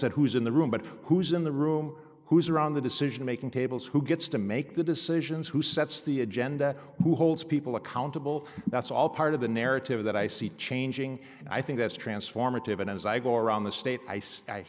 said who's in the room but who's in the room who's around the decision making tables who gets to make the decisions who sets the agenda who holds people accountable that's all part of the narrative that i see changing and i think that's transformative and as i go around the state i